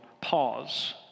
Pause